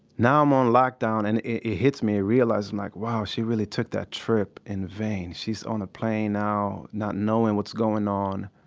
now i'm on lockdown and it hits me. i realize. i'm like, wow, she really took that trip in vain. she's on a plane now not knowing what's going on.